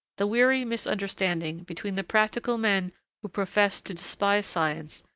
the weary misunderstanding between the practical men who professed to despise science,